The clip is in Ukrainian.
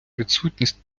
відсутність